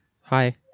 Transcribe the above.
Hi